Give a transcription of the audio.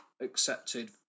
accepted